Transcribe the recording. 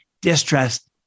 Distrust